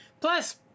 Plus